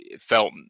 felt